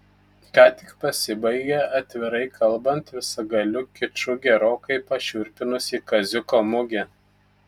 ką tik pasibaigė atvirai kalbant visagaliu kiču gerokai pašiurpinusi kaziuko mugė